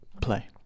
play